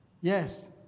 yes